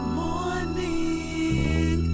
morning